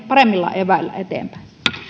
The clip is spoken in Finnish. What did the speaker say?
paremmilla eväillä eteenpäin